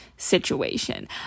situation